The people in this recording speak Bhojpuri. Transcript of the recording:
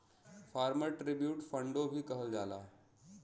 फार्मर ट्रिब्यूट फ़ंडो भी कहल जाला